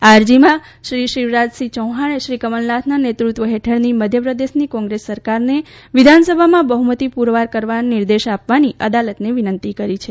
આ અરજીમાં શ્રી શિવરાજસિંહ ચૌહાણે શ્રી કમલનાથના નેતૃત્વ હેઠળની મધ્યપ્રદેશની કોંગ્રેસ સરકારને વિધાનસભામાં બહ્મતી પુરવાર કરવા નિર્દેશ આપવાની અદાલતને વિનંતી કરી છે